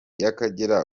y’akagera